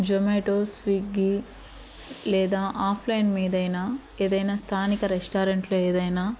Zomato Swiggy లేదా offline మీదైనా ఏదైనా స్థానిక రెస్టారెంట్లు ఏదైనా